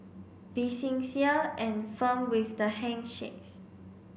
be sincere and firm with the handshakes